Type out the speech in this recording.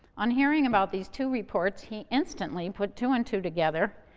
on hearing about these two reports, he instantly put two and two together,